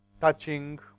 touching